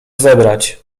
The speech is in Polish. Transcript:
zebrać